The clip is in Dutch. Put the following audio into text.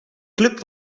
club